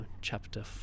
chapter